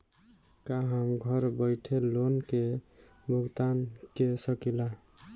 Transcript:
का हम घर बईठे लोन के भुगतान के शकेला?